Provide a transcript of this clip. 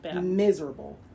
miserable